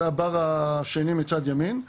זה הבר השני מצד ימין,